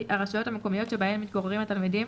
הרשויות המקומיות שבהן מתגוררים התלמידים